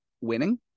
winning